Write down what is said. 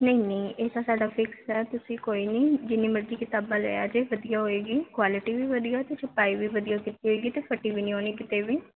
ਨਹੀਂ ਨਹੀਂ ਇਹ ਤਾਂ ਸਾਡਾ ਫਿਕਸ ਹੈ ਤੁਸੀਂ ਕੋਈ ਨਹੀਂ ਜਿੰਨੀ ਮਰਜ਼ੀ ਕਿਤਾਬਾਂ ਲਿਆ ਜੇ ਵਧੀਆ ਹੋਏਗੀ ਕੁਆਲਿਟੀ ਵੀ ਵਧੀਆ ਹੋਏਗੀ ਅਤੇ ਛਪਾਈ ਵੀ ਵਧੀਆ ਹੋਏਗੀ ਫਟੀ ਨਹੀਂ ਹੋਏਗੀ ਕਿਤੇ ਵੀ